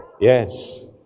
Yes